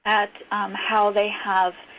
at how they have